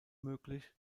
möglich